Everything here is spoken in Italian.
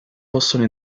possono